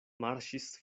marŝis